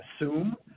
assume